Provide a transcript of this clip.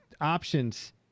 options